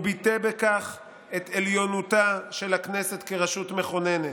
הוא ביטא בכך את עליונותה של הכנסת כרשות מכוננת.